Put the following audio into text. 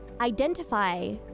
identify